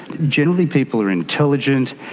generally people are intelligent,